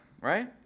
right